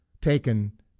taken